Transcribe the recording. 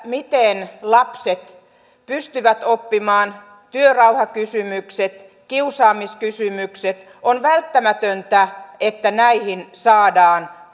miten lapset pystyvät oppimaan työrauhakysymykset kiusaamiskysymykset on välttämätöntä että näihin saadaan